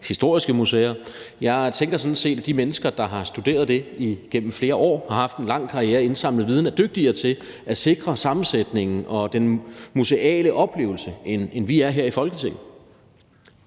historiske museer. Jeg tænker sådan set, at de mennesker, der har studeret det igennem flere år, har haft en lang karriere og har indsamlet viden, er dygtigere til at sikre sammensætningen og den museale oplevelse, end vi er her i Folketinget.